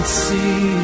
see